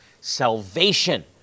salvation